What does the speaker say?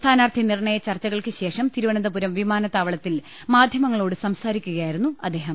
സ്ഥാനാർത്ഥി നിർണയ ചർച്ചക്കു ശേഷം തിരുവനന്തപുരം വിമാനത്താവളത്തിൽ മാധൃമങ്ങളോട് സംസാരിക്കുകയായിരുന്നു അദ്ദേഹം